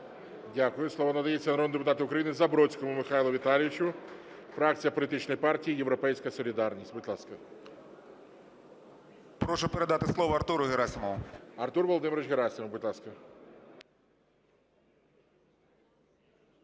Дякую. Слово надається народному депутату України Забродському Михайлу Віталійовичу, фракція політичної партії "Європейська солідарність". Будь ласка. 14:42:15 ЗАБРОДСЬКИЙ М.В. Прошу передати слово Артуру Герасимову. ГОЛОВУЮЧИЙ. Артур Володимирович Герасимов, будь ласка.